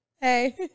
Hey